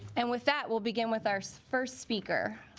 and with that we'll begin with our so first speaker